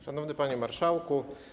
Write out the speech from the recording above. Szanowny Panie Marszałku!